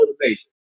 motivation